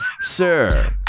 Sir